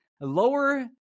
Lower